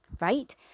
right